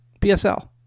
PSL